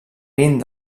vint